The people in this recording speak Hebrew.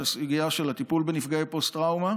בסוגיה של הטיפול בנפגעי פוסט-טראומה